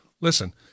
Listen